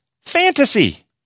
fantasy